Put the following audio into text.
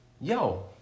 yo